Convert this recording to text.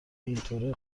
اینطوره